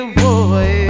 boy